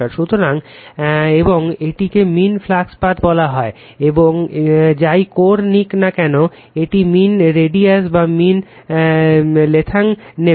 সুতরাং এবং এটাকে মীন ফ্লাক্স পাথ বলা হয় এবং যাই কোর নিক না কেন এটি মীন রেডিয়াস বা মীন লেংথ নেবে